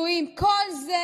אחרון.